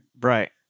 Right